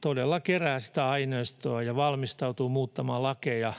todella kerää sitä aineistoa ja valmistautuu muuttamaan lakeja,